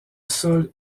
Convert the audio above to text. sol